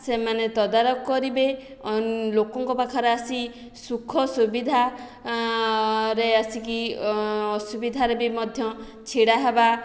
ସେମାନେ ତଦାରଖ କରିବେ ଲୋକଙ୍କ ପାଖରେ ଆସି ସୁଖ ସୁବିଧା ରେ ଆସିକି ଅସୁବିଧାରେ ମଧ୍ୟ ଛିଡ଼ା ହେବା